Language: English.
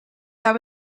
that